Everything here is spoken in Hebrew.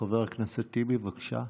חבר הכנסת טיבי, בבקשה.